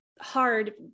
hard